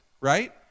right